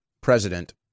President